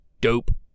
Dope